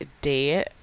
day